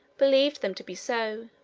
believed them to be so,